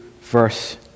verse